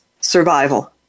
survival